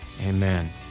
Amen